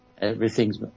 Everything's